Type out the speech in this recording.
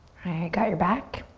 got your back.